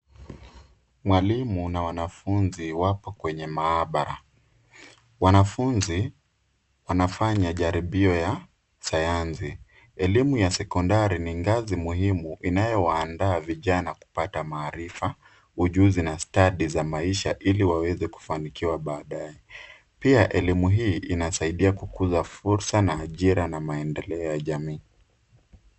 Mwalimu na wanafunzi wapo kwenye maabara. Wanafunzi wanafanya jaribio ya sayansi. Elimu ya sekondari ni ngazi muhimu inayowaandaa vijana kupata maarifa, ujuzi, na stadi za maisha, ili waweze kufanikiwa baadae. Pia elimu hii inasaidia kukuza fursa, na ajira, na maendeleo ya jamii.